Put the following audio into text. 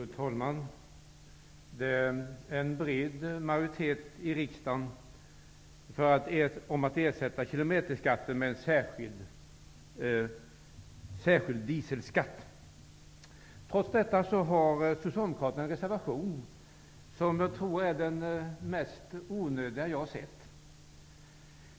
Fru talman! Det finns en bred majoritet i riksdagen bakom förslaget om att ersätta kilometerskatten med en särskild dieselskatt. Trots detta har socialdemokraterna avgivit en reservation, som jag tror är den mest onödiga jag sett.